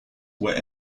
were